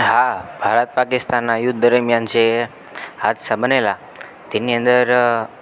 હા ભારત પાકિસ્તાનના યુદ્ધ દરમિયાન જે હાદસા બનેલા તેની અંદર